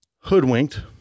hoodwinked